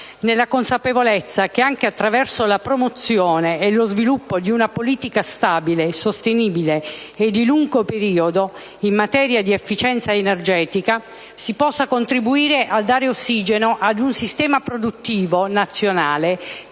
nella consapevolezza che, anche attraverso la promozione e lo sviluppo di una politica stabile, sostenibile e di lungo periodo in materia di efficienza energetica, si possa contribuire a dare ossigeno ad un sistema produttivo nazionale